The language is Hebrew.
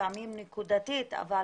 לפעמים נקודתית אבל